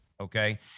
okay